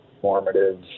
formative